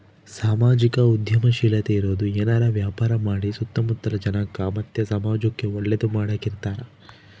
ಸಾಮಾಜಿಕ ಉದ್ಯಮಶೀಲತೆ ಇರೋರು ಏನಾರ ವ್ಯಾಪಾರ ಮಾಡಿ ಸುತ್ತ ಮುತ್ತಲ ಜನಕ್ಕ ಮತ್ತೆ ಸಮಾಜುಕ್ಕೆ ಒಳ್ಳೇದು ಮಾಡಕ ಇರತಾರ